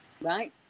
Right